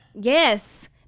yes